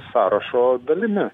sąrašo dalimi